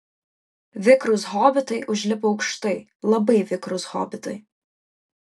vikrūs hobitai užlipo aukštai labai vikrūs hobitai